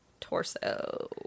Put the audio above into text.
torso